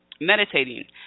meditating